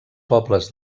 pobles